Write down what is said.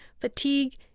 fatigue